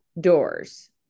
doors